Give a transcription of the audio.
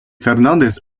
fernández